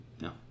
No